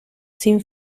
sin